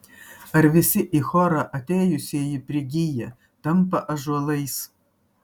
ar visi į chorą atėjusieji prigyja tampa ąžuolais